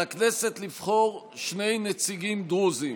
על הכנסת לבחור שני נציגים דרוזים.